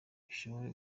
bishobora